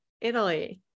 Italy